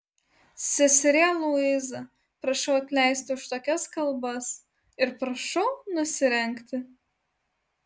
seserie luiza prašau atleisti už tokias kalbas ir prašau nusirengti